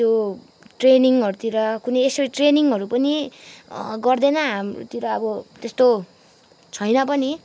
त्यो ट्रेनिङहरूतिर कुनै यसरी ट्रेनिङहरू पनि गर्दैन हाम्रोतिर अब त्यस्तो छैन पनि